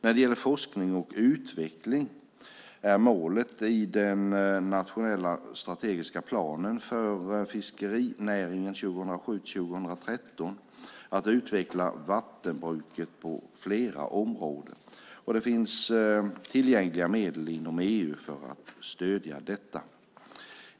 När det gäller forskning och utveckling är målet i den nationella strategiska planen för fiskerinäringen 2007-2013 att utveckla vattenbruket på flera områden och det finns tillgängliga medel inom EU även för att stödja detta.